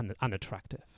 unattractive